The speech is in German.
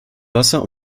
wasser